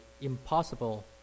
impossible